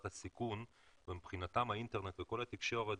הסיכון ומבחינת האינטרנט וכל התקשורת,